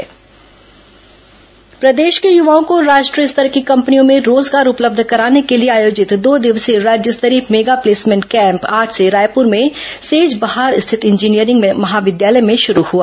placement camp प्रदेश के युवाओं को राष्ट्रीय स्तर की कंपनियों में रोजगार उपलब्ध कराने के लिए आयोजित दो दिवसीय राज्य स्तरीय मेगा प्लेसमेंट कैम्प आज से रायपुर में सेजबहार स्थित इंजीनियरिंग महाविद्यालय में शुरू हुआ